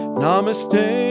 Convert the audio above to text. namaste